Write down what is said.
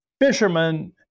Fisherman